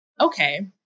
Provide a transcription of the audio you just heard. okay